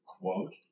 quote